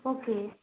okay